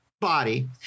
body